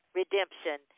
redemption